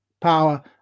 power